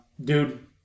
Dude